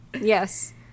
Yes